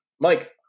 Mike